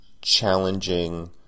challenging